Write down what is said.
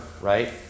right